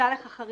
שהיתה לך חריגה.